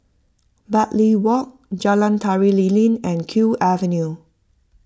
Bartley Walk Jalan Tari Lilin and Kew Avenue